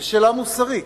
שאלה מוסרית: